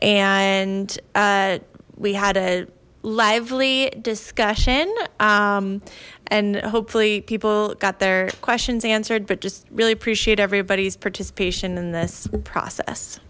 and we had a lively discussion and hopefully people got their questions answered but just really appreciate everybody's participation in this process